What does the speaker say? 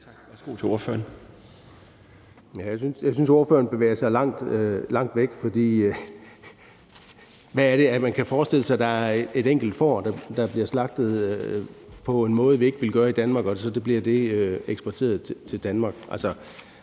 Egge Rasmussen (EL): Jeg synes, at ordføreren bevæger sig langt væk. Hvad er det, man kan forestille sig? Er det, at der er et enkelt får, der bliver slagtet på en måde, vi ikke ville gøre det i Danmark på, og så bliver det eksporteret til Danmark?